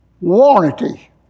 warranty